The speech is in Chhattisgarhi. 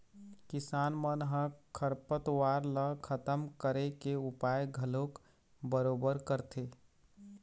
किसान मन ह खरपतवार ल खतम करे के उपाय घलोक बरोबर करथे